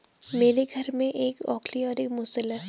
मेरे घर में भी एक ओखली और एक मूसल है